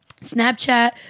Snapchat